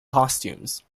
costumes